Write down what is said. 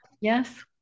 Yes